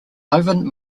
ivan